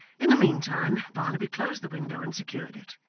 in the meantime, barnaby closed the window and secured it,